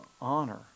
honor